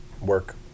work